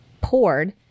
poured